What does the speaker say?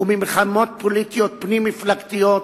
וממלחמות פוליטיות פנים-מפלגתיות,